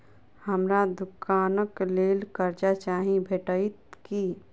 हमरा दुकानक लेल कर्जा चाहि भेटइत की?